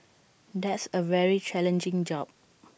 that's A very challenging job